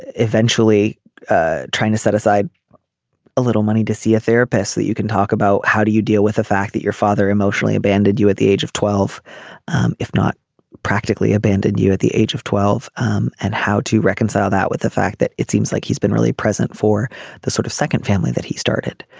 eventually trying to set aside a little money to see a therapist that you can talk about. how do you deal with the fact that your father emotionally abandoned you at the age of twelve um if not practically abandoned you at the age of twelve um and how to reconcile that with the fact that it seems like he's been really present for the sort of second family that he started.